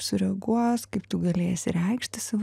sureaguos kaip tu galės reikšti savo